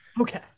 okay